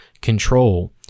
control